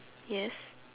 yes